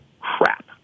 crap